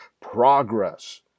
PROGRESS